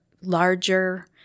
larger